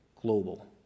global